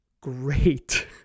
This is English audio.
great